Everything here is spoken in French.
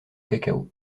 cacao